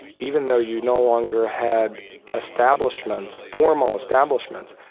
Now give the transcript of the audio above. even though you no longer had establishments formal establishments,